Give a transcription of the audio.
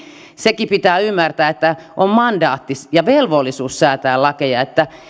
sekin pitää ymmärtää että on mandaatti ja velvollisuus säätää lakeja